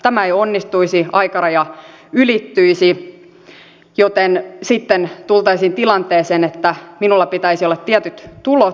tämä ei onnistuisi aikaraja ylittyisi joten sitten tultaisiin tilanteeseen että minulla pitäisi olla tietyt tulot